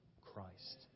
Christ